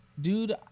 dude